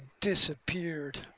disappeared